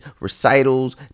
recitals